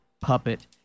puppet